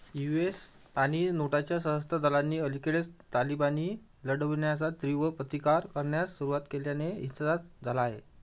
you S आणि नोटाच्या सअस्त्र दलांनी अलीकडेच तालिबानी लढवण्याचा तीव्र प्रतिकार करण्यास सुरुवात केल्याने हिंसाचार झाला आहे